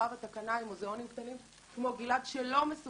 מירב התקנה על מוזיאונים קטנים כמו גלעד שלא מסוגלים